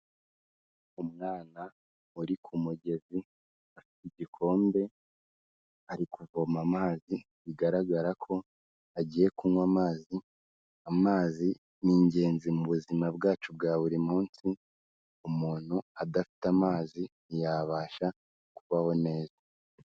Umwana ari ku mugezi afite igikombe ari kuvoma amazi bigaragara ko agiye kunywa amazi. Amazi ni ingenzi mu buzima bwacu bwa buri munsi, umuntu adafite amazi ntiyabasha kubaho neza.